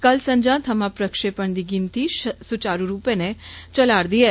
कल संझा थमां प्रक्षेपण दी गिनतरी सुचारु रुपे नै चलारदी ऐ